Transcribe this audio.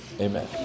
amen